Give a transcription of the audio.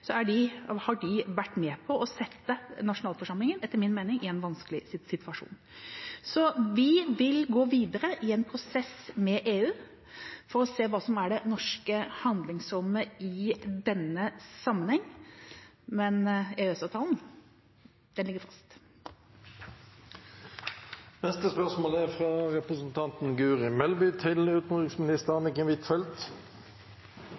de – etter min mening – med på å sette nasjonalforsamlingen i en vanskelig situasjon. Så vi vil gå videre i en prosess med EU for å se hva som er det norske handlingsrommet i denne sammenheng. Men EØS-avtalen, den ligger fast. Mitt spørsmål til statsråden er: «Vil regjeringen fryse alle overføringer av EØS-midler til